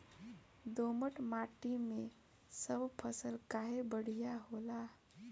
दोमट माटी मै सब फसल काहे बढ़िया होला?